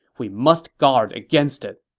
we must guard against it.